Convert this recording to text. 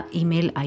email